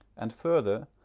and further,